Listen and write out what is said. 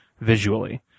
visually